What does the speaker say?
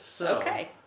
Okay